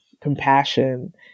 compassion